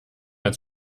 als